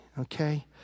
okay